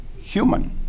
human